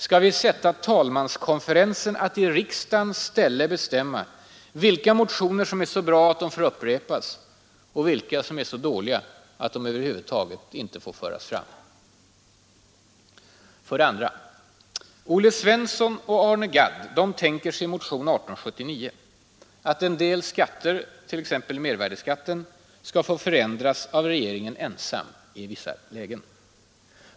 Skall vi sätta talmanskonferensen att i riksdagens ställe bestämma vilka motioner som är så bra att de får upprepas och vilka som är så dåliga att de över huvud inte får föras fram? För det andra tänker sig Olle Svensson och Arne Gadd att en del skatter, t.ex. mervärdeskatten, skall få förändras av regeringen ensam i vissa lägen.